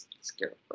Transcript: scarecrow